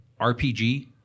RPG